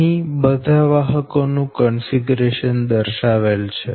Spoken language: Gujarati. અહી બધા વાહકો નું કન્ફિગરેશન દર્શાવેલ છે